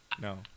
No